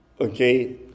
okay